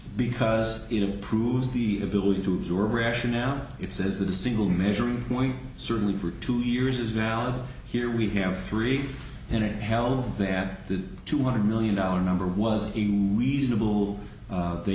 because it improves the ability to absorb rationale it says that a single measuring point certainly for two years is valid here we have three and a hell of the at the two hundred million dollar number was reasonable they